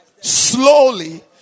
slowly